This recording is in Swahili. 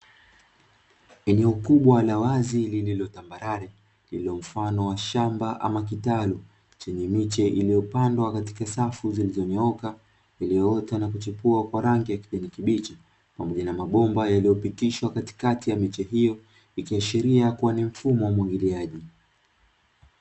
Eneo kubwa la wazi lililotambarare mfano wa shamba ama kitalu chenye miche, iliyopandwa katika safu zilizonyooka iliyoota na kuchipua kwa rangi ya kijani kibichi; pamoja na mabomba yaliyopitishwa katikati ya miche hiyo, ikiashiria kua ni mfumo wa umwagiliaji.